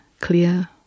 clear